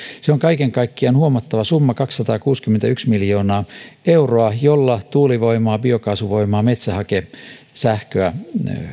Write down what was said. se on kaiken kaikkiaan huomattava summa kaksisataakuusikymmentäyksi miljoonaa euroa jolla tuulivoimaa biokaasuvoimaa metsähakesähköä